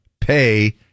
pay